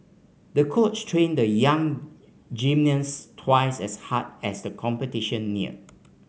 the coach trained the young gymnast twice as hard as the competition near